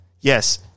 Yes